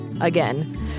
again